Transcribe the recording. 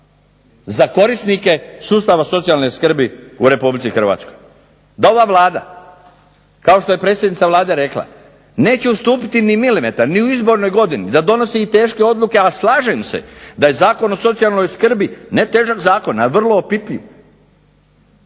Za korisnike sustava socijalne skrbi u Republici Hrvatskoj da ova Vlada, kao što je predsjednica Vlade rekla, neće ustupiti ni milimetar ni u izbornoj godini da donosi i teške odluke, a slažem se da je Zakon o socijalnoj skrbi ne težak zakon, ali vrlo opipljiv,